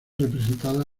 representada